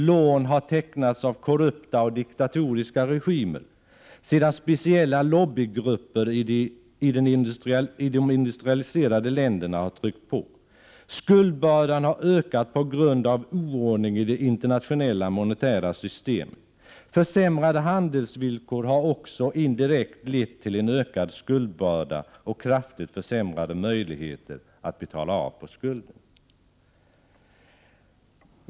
Lån har tecknats av korrupta och diktatoriska regimer, sedan speciella lobbygrupper i de industrialiserade länderna har tryckt på. Skuldbördan har ökat på grund av | oordning i det internationella monetära systemet. Försämrade handelsvillkor har också indirekt lett till en ökad skuldbörda och kraftigt försämrade möjligheter att betala av på skulden.